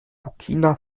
burkina